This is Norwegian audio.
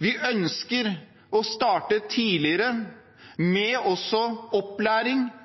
Vi ønsker å starte tidligere med opplæring i barns rettigheter, i hvordan norsk kultur fungerer, og også